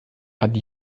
hat